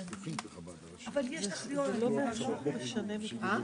זה חבל אם אנחנו יכולים לעזור ולעזור מהר,